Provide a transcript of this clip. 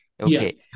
Okay